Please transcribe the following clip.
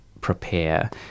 prepare